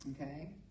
okay